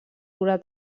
pura